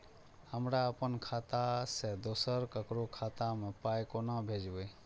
हमरा आपन खाता से दोसर ककरो खाता मे पाय कोना भेजबै?